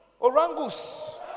Orangus